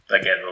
again